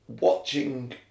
watching